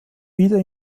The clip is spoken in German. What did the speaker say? wieder